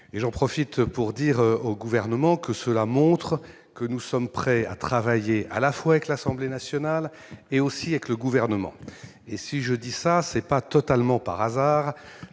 et j'en profite pour dire au gouvernement que cela montre que nous sommes prêts à travailler à la fois avec l'Assemblée nationale et aussi avec le gouvernement, et si je dis ça, c'est pas totalement par hasard